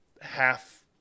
half